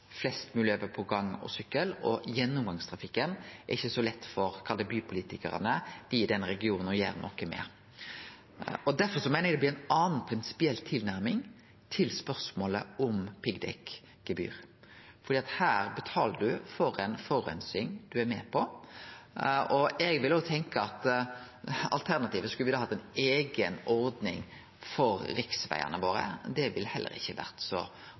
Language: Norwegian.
flest mogleg over på gange og sykkel, og gjennomgangstrafikken er det ikkje så lett for bypolitikarane i den regionen å gjere noko med. Derfor meiner eg det blir ei anna prinsipiell tilnærming til spørsmålet om piggdekkgebyr. Her betaler ein for forureining ein er med på. Eg vil òg tenkje at om alternativet er at me skulle hatt ei eiga ordning for riksvegane våre, ville det heller ikkje ha vore så